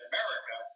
America